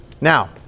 Now